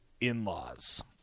in-laws